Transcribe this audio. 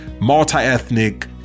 Multi-ethnic